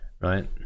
right